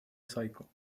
cycle